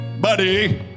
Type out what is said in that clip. buddy